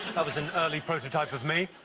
that was an early prototype of me.